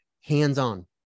hands-on